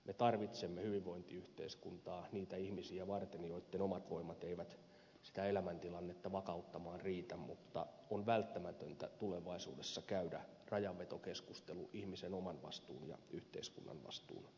me tarvitsemme hyvinvointiyhteiskuntaa niitä ihmisiä varten joitten omat voimat eivät sitä elämäntilannetta vakauttamaan riitä mutta on välttämätöntä tulevaisuudessa käydä rajanvetokeskustelu ihmisen oman vastuun ja yhteiskunnan vastuun välillä